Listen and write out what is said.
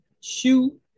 shoe